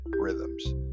rhythms